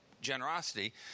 generosity